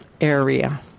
area